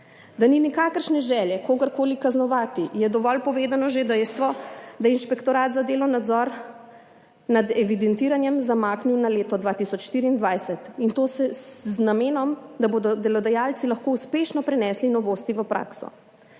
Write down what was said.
Da ni nikakršne želje kogar koli kaznovati, je dovolj povedno že dejstvo, da je Inšpektorat za delo nadzor nad evidentiranjem zamaknil na leto 2024, in to z namenom, da bodo delodajalci lahko uspešno prenesli novosti v prakso.